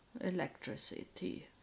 electricity